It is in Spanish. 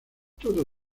todo